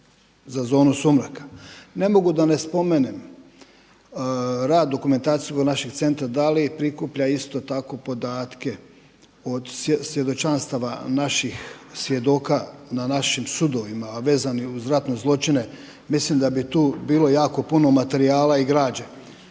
Ne mogu da ne spomenem rad našeg dokumentacijskog centra da li prikuplja isto tako podatke od svjedočanstava naših svjedoka na našim sudovima, a vezani uz ratne zločine. Mislim da bi tu bilo jako puno materijala i građe.